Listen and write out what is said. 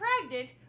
pregnant